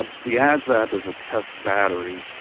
um the asvab is a test battery,